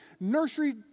nursery